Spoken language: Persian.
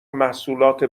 محصولات